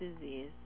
disease